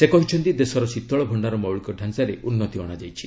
ସେ କହିଛନ୍ତି ଦେଶର ଶୀତଳ ଭଣ୍ଡାର ମୌଳିକ ଡାଞ୍ଚାରେ ଉନ୍ନତି ଅଣାଯାଇଛି